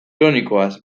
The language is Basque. kronikoaz